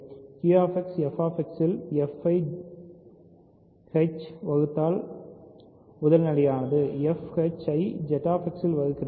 QX fஇல்fஐ h ஐ வகுத்தால் முதல்நிலையானது fh ஐ Z X இல் வகுக்கிறது